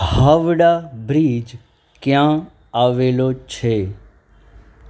Howrah bridge ક્યાં આવેલો છે